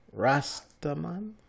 Rastaman